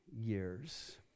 years